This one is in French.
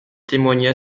témoigna